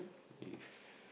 if